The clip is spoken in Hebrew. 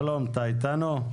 שלום, אתה אתנו?